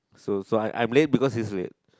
so so I I am late because he is late